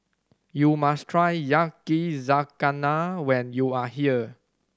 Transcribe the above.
you must try Yakizakana when you are here